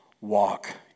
walk